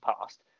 past